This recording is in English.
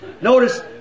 Notice